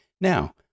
Now